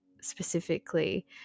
specifically